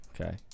Okay